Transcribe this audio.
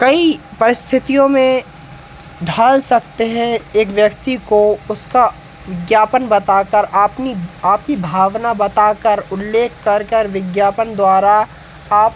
कई परिस्थितियों में ढल सकते हैं एक व्यक्ति को उसका विज्ञापन बता कर आपनी आपकी भावना बता कर उल्लेख कर कर विज्ञापन द्वारा आप